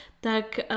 tak